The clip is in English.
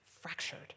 fractured